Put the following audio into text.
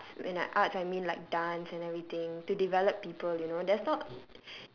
to the arts and arts I mean like dance and everything to develop people you know there's not